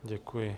Děkuji.